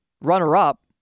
runner-up